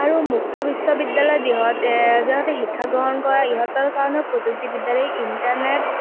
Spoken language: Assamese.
আৰু মুক্ত বিশ্ববিদ্যালয়ৰ দিশত য'ত শিক্ষা গ্ৰহণ কৰা সিহঁতৰ কাৰণেও প্ৰযুক্তিবিদ্যা ইণ্টাৰনেট